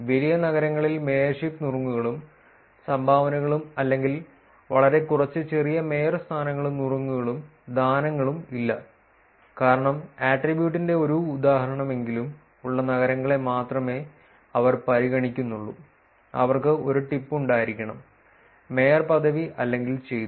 വലിയ നഗരങ്ങളിൽ മേയർഷിപ്പ് നുറുങ്ങുകളും സംഭാവനകളും അല്ലെങ്കിൽ വളരെ കുറച്ച് ചെറിയ മേയർ സ്ഥാനങ്ങളും നുറുങ്ങുകളും ദാനങ്ങളും ഇല്ല കാരണം ആട്രിബ്യൂട്ടിന്റെ ഒരു ഉദാഹരണമെങ്കിലും ഉള്ള നഗരങ്ങളെ മാത്രമേ അവർ പരിഗണിക്കുന്നുള്ളൂ അവർക്ക് ഒരു ടിപ്പ് ഉണ്ടായിരിക്കണം മേയർ പദവി അല്ലെങ്കിൽ ചെയ്തു